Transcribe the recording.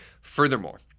Furthermore